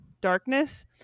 darkness